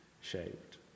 shaped